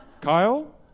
Kyle